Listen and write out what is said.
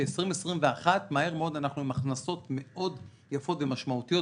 שב-20-21 מהר מאוד אנחנו עם הכנסות מאוד יפות ומשמעותיות,